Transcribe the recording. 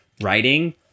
writing